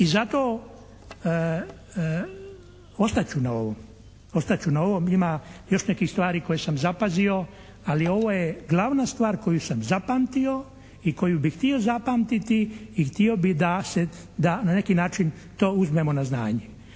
ovom, ostat ću na ovom. Ima još nekih stvari koje sam zapazio, ali ovo je glavna stvar koju sam zapamtio i koju bih htio zapamtiti i htio bih da se na neki način to uzmemo na znanje.